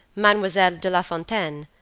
mademoiselle de lafontaine,